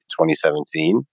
2017